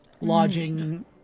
Lodging